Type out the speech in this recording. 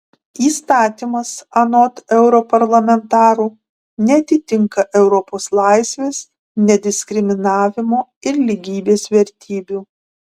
įstatymas anot europarlamentarų neatitinka europos laisvės nediskriminavimo ir lygybės vertybių